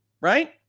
right